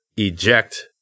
Eject